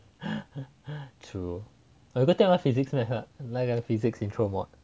true or you go take one physics math ah 那个 physics intro mod